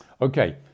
Okay